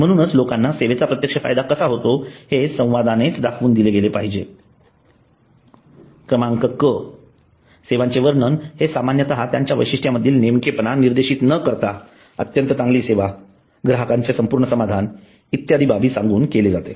म्हणूनच लोकांना सेवेचा प्रत्यक्ष फायदा कसा होतो हे संवादाने दाखवून दिले पाहिजे क्रमांक क सेवांचे वर्णन हे सामान्यतः त्यांच्या वैशिष्ठयामधील नेमकेपणा निर्देशित न करता अत्यंत चांगली सेवा ग्राहकांचे संपूर्ण समाधान इत्यादी बाबी सांगून केले जाते